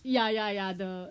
ya ya ya the